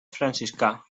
franciscà